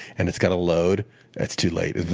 and it's got to load that's too late.